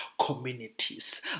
communities